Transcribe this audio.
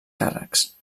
càrrecs